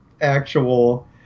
actual